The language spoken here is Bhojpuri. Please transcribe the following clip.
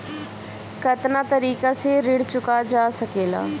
कातना तरीके से ऋण चुका जा सेकला?